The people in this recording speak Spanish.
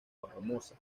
formosa